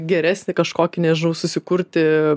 geresnį kažkokį nežinau susikurti